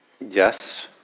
Yes